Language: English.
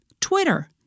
Twitter